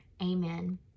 Amen